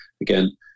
again